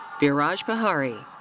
biraj pahari.